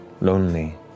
lonely